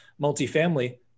multifamily